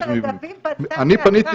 הוא מדבר רק על המקרים שרגבים פנתה ועתרה.